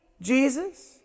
Jesus